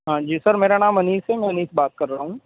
ہاں جی سر میرا نام انیس ہے میں انیس بات کر رہا ہوں